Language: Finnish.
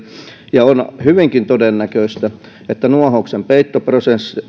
ja on hyvinkin todennäköistä että nuohouksen peittoprosentti